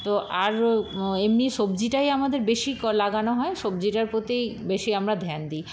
তো আর এমনি সবজিটাই আমাদের বেশী লাগানো হয় সবজিটার প্রতিই বেশী আমরা ধ্যান দিই